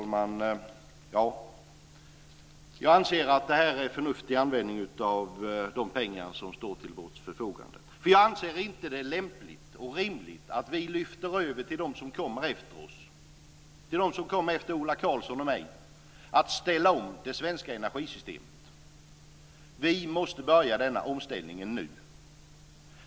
Fru talman! Jag anser att det är en förnuftig användning av de pengar som står till vårt förfogande. Jag anser inte att det är lämpligt och rimligt att vi lyfter över till dem som kommer efter oss - till dem som kommer efter Ola Karlsson och mig - att ställa om det svenska energisystemet. Vi måste börja denna omställning nu.